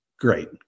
Great